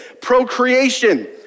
procreation